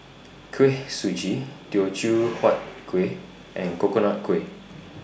Kuih Suji Teochew Huat Kuih and Coconut Kuih